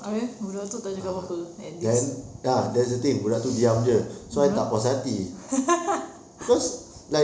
habis budak itu tak cakap apa-apa at this mmhmm